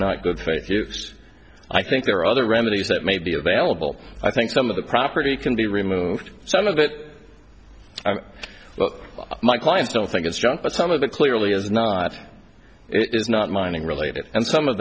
not good faith use i think there are other remedies that may be available i think some of the property can be removed some of it well my clients don't think it's junk but some of it clearly is not it is not mining related and some of